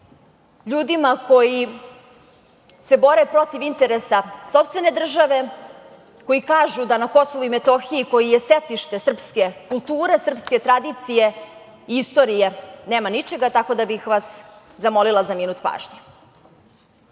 ljudima koji se bore protiv interesa sopstvene države, koji kažu da na Kosovu i Metohiji, koji je stecište srpske kulture, srpske tradicije i istorije, nema ničega, tako da bih vas zamolila za minut pažnje: